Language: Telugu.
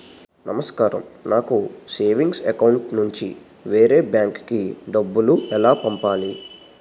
నమస్కారం నాకు సేవింగ్స్ అకౌంట్ నుంచి వేరే బ్యాంక్ కి డబ్బు ఎలా పంపాలి?